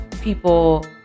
people